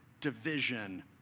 division